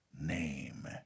name